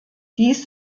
dies